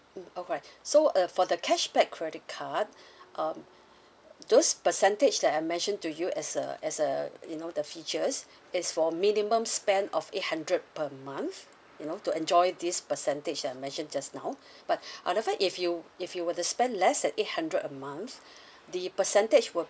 mm alright so uh for the cashback credit card um those percentage that I mentioned to you as a as a you know the features is for minimum spend of eight hundred per month you know to enjoy this percentage I mentioned just now but however if you if you were to spend less than eight hundred a month the percentage will